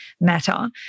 matter